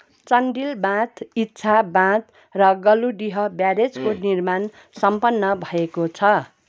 चन्डिल बाँध इच्छा बाँध र गलुडिह ब्यारेजको निर्माण सम्पन्न भएको छ